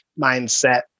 mindset